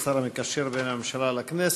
השר המקשר בין הממשלה לכנסת,